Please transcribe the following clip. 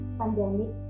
pandemic